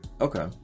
okay